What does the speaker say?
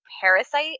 parasite